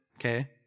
okay